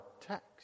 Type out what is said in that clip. text